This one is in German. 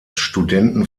studenten